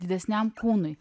didesniam kūnui